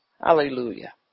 Hallelujah